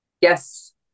yes